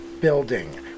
building